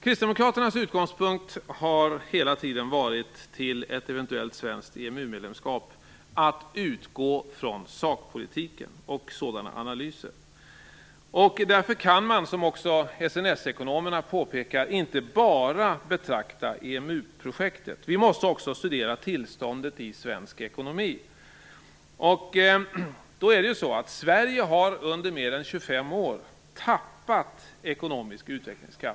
Kristdemokraternas utgångspunkt i fråga om ett eventuellt svenskt EMU-medlemskap har hela tiden varit att utgå från sakpolitiken och sådana analyser. Därför kan man som också SNS-ekonomerna påpekar inte bara betrakta EMU-projektet. Man måste också studera tillståndet i svensk ekonomi. Sverige har under mer än 25 år tappat i ekonomisk utvecklingskraft.